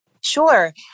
Sure